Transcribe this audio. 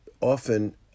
often